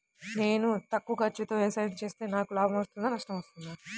నేను తక్కువ ఖర్చుతో వ్యవసాయం చేస్తే నాకు లాభం వస్తుందా నష్టం వస్తుందా?